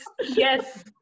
Yes